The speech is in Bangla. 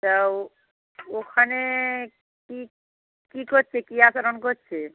তা ও ওখানে কী করছে ক্রিয়াকরণ করছে